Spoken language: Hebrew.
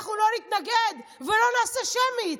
אנחנו לא מתנגד ולא נעשה שמית.